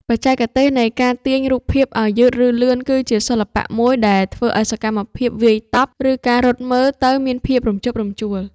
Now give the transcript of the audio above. បច្ចេកទេសនៃការទាញរូបភាពឱ្យយឺតឬលឿនគឺជាសិល្បៈមួយដែលធ្វើឱ្យសកម្មភាពវាយតប់ ឬ ការរត់មើលទៅមានភាពរំជើបរំជួល។